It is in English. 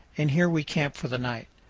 and here we camp for the night.